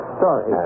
sorry